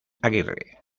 aguirre